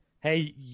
Hey